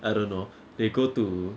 I don't know they go to